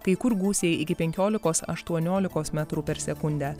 kai kur gūsiai iki penkiolikos aštuoniolikos metrų per sekundę